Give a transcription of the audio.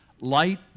Light